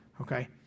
okay